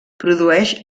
produeix